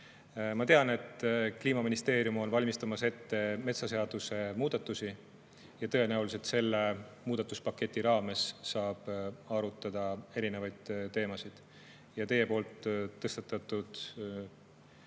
Ma tean, et Kliimaministeerium on valmistamas ette metsaseaduse muudatusi. Tõenäoliselt saab selle muudatuspaketi raames arutada erinevaid teemasid ja teie tõstatatud